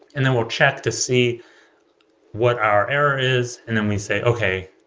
and then we'll check to see what our error is and then we say, okay,